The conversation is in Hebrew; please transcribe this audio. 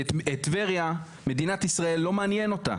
כי את טבריה, מדינת ישראל לא מעניין אותה.